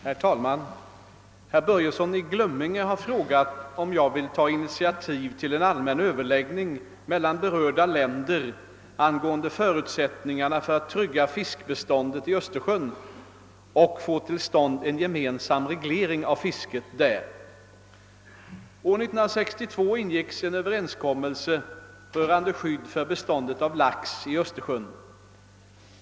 Herr talman! Herr Börjesson i Glömminge har frågat om jag vill ta initiativet till en allmän överläggning mellan berörda länder angående förutsättningarna för att trygga fiskbeståndet i Östersjön och få till stånd en gemensam reglering av fisket där. År 1962 ingicks en överenskommelse rörande skydd för beståndet av lax i Östersjön.